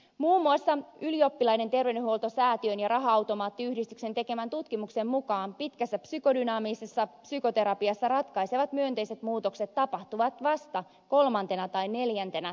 muun muassa ylioppilaiden terveydenhoitosäätiön ja raha automaattiyhdistyksen tekemän tutkimuksen mukaan pitkässä psykodynaamisessa psykoterapiassa ratkaisevat myönteiset muutokset tapahtuvat vasta kolmantena tai neljäntenä terapiavuonna